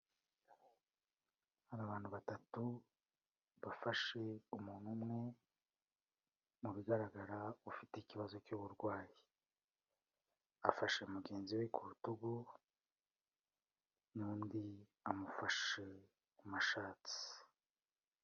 Abantu batatu bafashe umuntu umwe mu bigaragara ufite ikibazo cy'uburwayi, afashe mugenzi we ku rutugu, n'undi amufashe ku mashati.